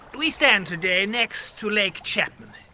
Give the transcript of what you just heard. we stand today next to lake chapman,